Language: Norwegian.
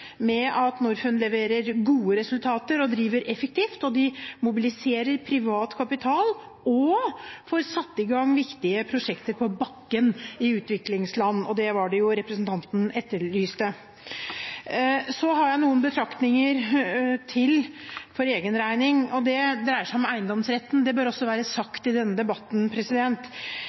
med at Norfund leverer gode resultater og driver effektivt. De mobiliserer privat kapital og får satt i gang viktige prosjekter på bakken i utviklingsland. Det var jo det representanten etterlyste. Så har jeg noen betraktninger til, for egen regning, og det dreier seg om eiendomsretten. Det bør også være sagt i denne debatten.